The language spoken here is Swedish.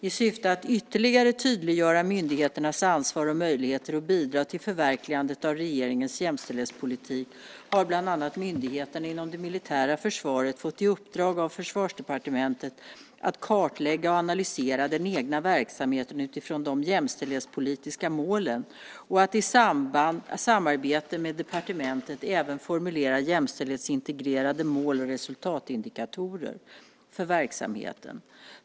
I syfte att ytterligare tydliggöra myndigheternas ansvar och möjligheter att bidra till förverkligandet av regeringens jämställdhetspolitik har bland annat myndigheterna inom det militära försvaret fått i uppdrag av Försvarsdepartementet att kartlägga och analysera den egna verksamheten utifrån de jämställdhetspolitiska målen och att i samarbete med departementet även formulera jämställdhetsintegrerade mål och resultatindikatorer för verksamheten.